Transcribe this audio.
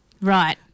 right